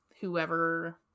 whoever